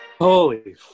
Holy